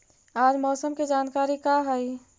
आज मौसम के जानकारी का हई?